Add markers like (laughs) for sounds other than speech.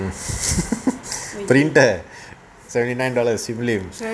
(laughs) printer seventy nine dollars sim lim